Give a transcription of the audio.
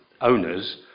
owners